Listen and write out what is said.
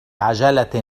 عجلة